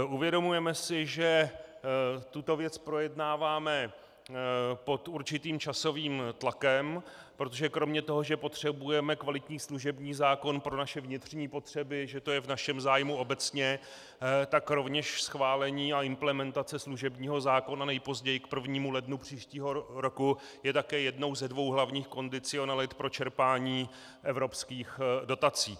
Uvědomujeme si, že tuto věc projednáváme pod určitým časovým tlakem, protože kromě toho, že potřebujeme kvalitní služební zákon pro naše vnitřní potřeby, že to je v našem zájmu obecně, tak rovněž schválení a implementace služebního zákona nejpozději k 1. lednu příštího roku je také jednou ze dvou hlavních kondicionalit pro čerpání evropských dotací.